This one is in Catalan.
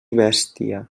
bèstia